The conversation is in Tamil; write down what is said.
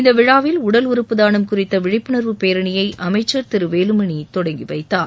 இந்த விழாவில் உடல் உறுப்பு தானம் குறித்த விழிப்புணர்வு பேரணியை அமைச்சர் திரு வேலுமணி தொடங்கி வைத்தார்